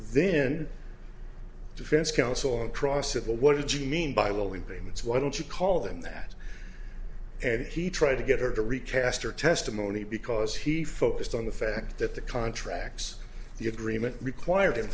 then defense counsel on cross at the what did you mean by will in payments why don't you call them that and he tried to get her to recast her testimony because he focused on the fact that the contracts the agreement require